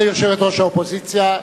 תודה ליושבת-ראש האופוזיציה.